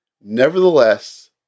nevertheless